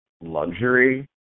luxury